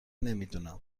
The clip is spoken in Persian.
نمیدونم